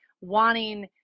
wanting